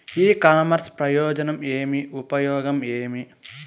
ఇ commerce ప్రయోజనం ఏమి? ఉపయోగం ఏమి?